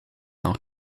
auch